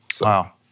Wow